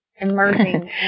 emerging